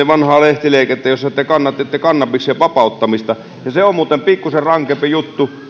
vanhaa lehtileikettä jossa te kannatitte kannabiksen vapauttamista ja se on muuten pikkusen rankempi juttu